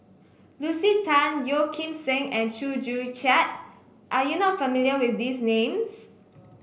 Lucy Tan Yeo Kim Seng and Chew Joo Chiat are you not familiar with these names